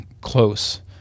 close